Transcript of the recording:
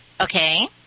Okay